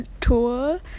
tour